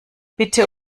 bitte